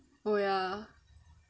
oh ya